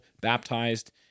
baptized